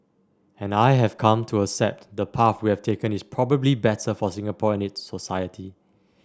and I have come to accept the path we've taken is probably better for Singapore and its society